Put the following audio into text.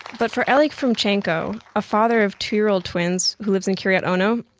but for elik frumchenko, a father of two-year-old twins who lives in kiriyat ono,